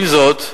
עם זאת,